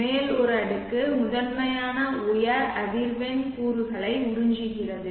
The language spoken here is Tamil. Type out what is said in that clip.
மேல் ஒரு அடுக்கு முதன்மையாக உயர் அதிர்வெண் கூறுகளை உறிஞ்சுகிறது